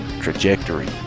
trajectory